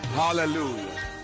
hallelujah